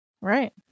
Right